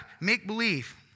make-believe